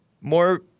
more